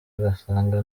agasanga